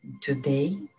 Today